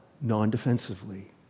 non-defensively